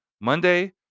Monday